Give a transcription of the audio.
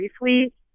briefly